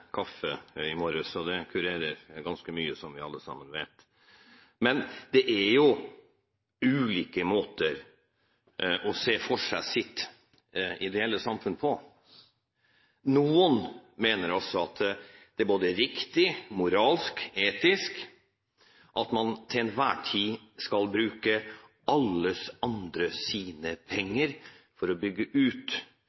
kaffe i morges, og det kurerer ganske mye, som vi alle sammen vet. Det er jo ulike måter å se for seg sitt ideelle samfunn på. Noen mener altså at det er riktig – moralsk, etisk – at man til enhver tid skal bruke